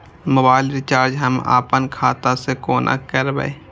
Mobile recharge हम आपन खाता से कोना करबै?